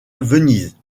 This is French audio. venise